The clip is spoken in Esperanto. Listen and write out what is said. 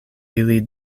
ili